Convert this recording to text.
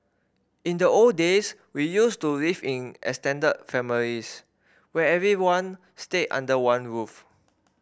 in the old days we used to live in extended families where everyone stayed under one roof